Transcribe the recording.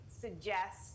suggest